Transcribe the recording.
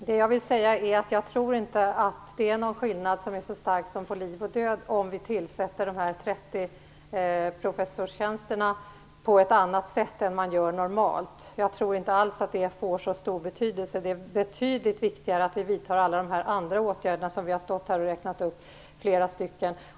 Fru talman! Jag tror inte att skillnaden blir så stor att den gäller liv och död om vi tillsätter dessa 30 professorstjänster på ett annat sätt än man gör normalt. Jag tror inte alls att det får så stor betydelse. Det är betydligt viktigare att vi vidtar alla de andra åtgärder av vilka vi har räknat upp flera stycken.